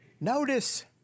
notice